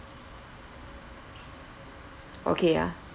okay ah